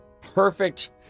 perfect